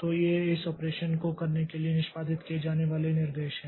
तो ये इस ऑपरेशन को करने के लिए निष्पादित किए जाने वाले निर्देश हैं